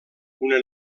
una